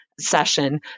session